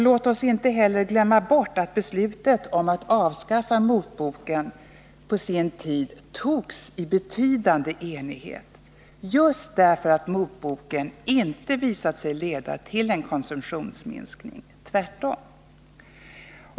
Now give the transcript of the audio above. Låt oss inte heller glömma bort att beslutet om att avskaffa motboken på sin tid fattades i betydande enighet, just därför att motboken inte visat sig leda till en konsumtionsminskning, utan tvärtom.